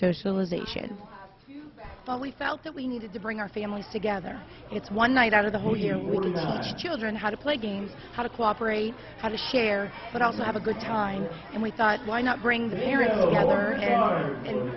socialization but we felt that we needed to bring our families together it's one night out of the whole year with his children how to play games how to cooperate how to share but also have a good time and we thought why not bring the